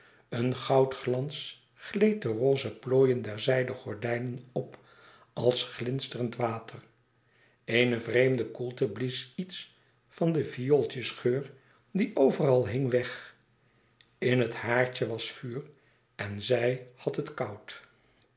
een goudglans gleed de roze plooien der zijden gordijnen op als glinsterend water eene vreemde koelte blies iets van den viooltjesgeur die overal hing weg in het haardje was vuur en zij had het koud